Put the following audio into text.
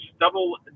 double